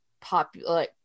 popular